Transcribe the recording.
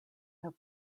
have